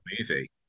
movie